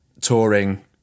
touring